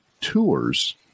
tours